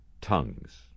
tongues